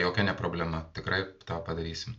jokia ne problema tikrai tą padarysim